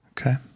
Okay